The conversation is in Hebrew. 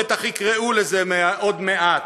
בטח יקראו לזה עוד מעט.